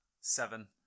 Seven